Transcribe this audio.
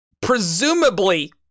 presumably